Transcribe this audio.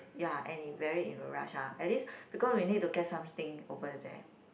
ya and in very in a rush ah at least because we need to get some thing over there